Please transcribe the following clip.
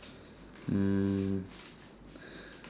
um